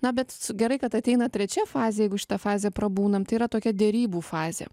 na bet gerai kad ateina trečia fazė jeigu šitą fazę prabūnam tai yra tokia derybų fazė